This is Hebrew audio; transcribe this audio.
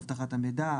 אבטחת המידע,